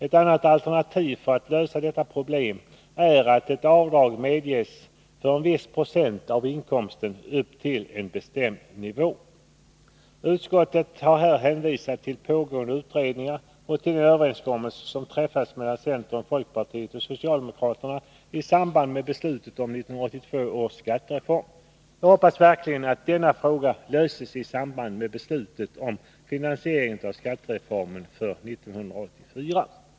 Ett annat alternativ för att lösa detta problem är att avdrag nn Utskottet har här hänvisat till pågående utredningar och till den överenskommelse som träffades mellan centern, folkpartiet och socialdemokraterna i samband med beslutet om 1982 års skattereform. Jag hoppas verkligen att denna fråga löses i samband med beslutet om finansieringen av skattereformen för år 1984.